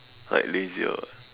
like lazier eh